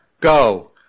Go